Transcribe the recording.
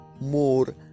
more